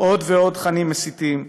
עוד ועוד תכנים מסיתים,